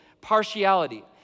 partiality